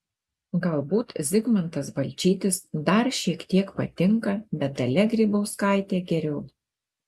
galbūt zigmantas balčytis dar šiek tiek patinka bet dalia grybauskaitė geriau